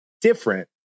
different